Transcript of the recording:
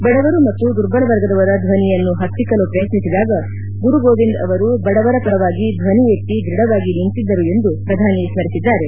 ಬಡವರು ಮತ್ತು ದುರ್ಬಲವರ್ಗದವರ ಧ್ಲನಿಯನ್ನು ಹತ್ತಿಕ್ಕಲು ಪ್ರಯತ್ನಿಸಿದಾಗ ಗುರುಗೋವಿಂದ್ ಅವರು ಬಡವರ ಪರವಾಗಿ ಧ್ಲನಿ ಎತ್ತಿ ಧ್ವಡವಾಗಿ ನಿಂತಿದ್ದರು ಎಂದು ಸ್ಮರಿಸಿದ್ದಾರೆ